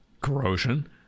corrosion